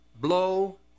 blow